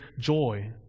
joy